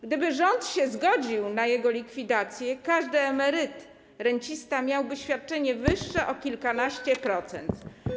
Gdyby rząd się zgodził na jego likwidację, każdy emeryt, rencista miałby świadczenie wyższe o kilkanaście procent.